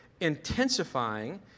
intensifying